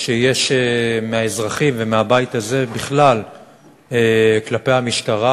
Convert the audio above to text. שיש מהאזרחים ומהבית הזה בכלל כלפי המשטרה,